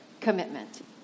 commitment